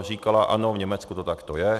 Říkala ano, v Německu to takto je.